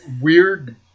weird